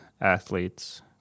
athletes